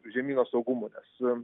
žemyno saugumu nes